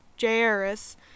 Jairus